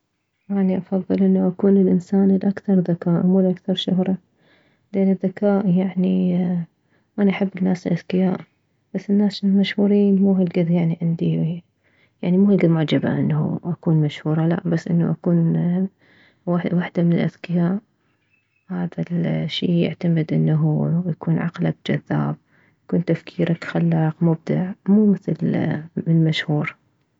اني افضل انه اكون الانسان الاكثر ذكاء مو الاكثر شهرة لان الذكاء يعني اني احب الناس الاذكياء بس الناس المشهورين مو هلكد يعني يعني يعني مو هلكد معجبة انه اكون مشهورة لا بس انه اكون وحدة من الاذكياء هذا الشي يعتمد انه يكون عقلك جذاب يكون تفكيرك خلاق مبدع مو مثل المشهور